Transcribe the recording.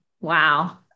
wow